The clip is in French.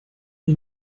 est